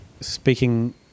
Speaking